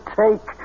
take